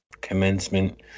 Commencement